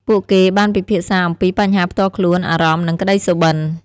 ពួកគេបានពិភាក្សាអំពីបញ្ហាផ្ទាល់ខ្លួន អារម្មណ៍ និងក្តីសុបិន្ត។